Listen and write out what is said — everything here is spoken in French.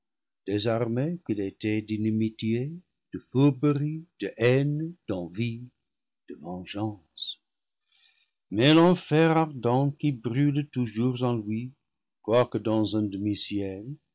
désarmé qu'il était d'inimitié de fourberie de haine d'envie de vengeance mais l'enfer ardent qui brûle toujours en lui quoique dans un demiciel